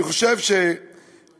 אני חושב שאדם,